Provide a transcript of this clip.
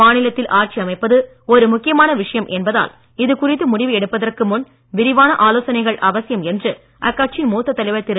மாநிலத்தில் ஆட்சி அமைப்பது ஒரு முக்கியமான விஷயம் என்பதால் இதுகுறித்து முடிவு எடுப்பதற்கு முன் விரிவான ஆலோசனைகள் அவசியம் என்று அக்கட்சியின் மூத்த தலைவர் திரு